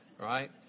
right